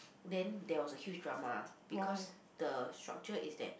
then there was a huge drama because the structure is that